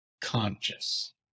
conscious